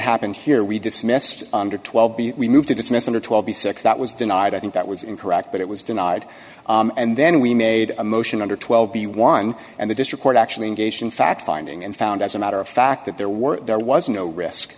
happened here we dismissed under twelve we moved to dismiss under twelve b six that was denied i think that was incorrect but it was denied and then we made a motion under twelve b one and the district court actually engaged in fact finding and found as a matter of fact that there were there was no risk